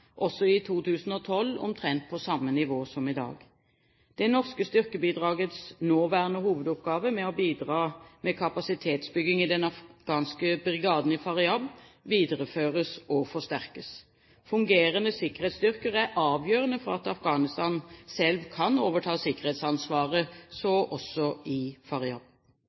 også i 2012 omtrent på samme nivå som i dag. Det norske styrkebidragets nåværende hovedoppgave med å bidra med kapasitetsbygging i den afghanske brigaden i Faryab videreføres og forsterkes. Fungerende sikkerhetsstyrker er avgjørende for at Afghanistan selv kan overta sikkerhetsansvaret, så også i